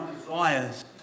desires